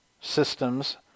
systems